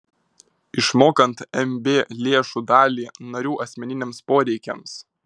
išmokant mb lėšų dalį narių asmeniniams poreikiams